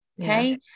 okay